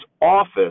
office